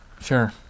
Sure